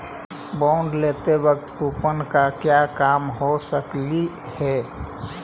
bond लेते वक्त coupon का क्या काम हो सकलई हे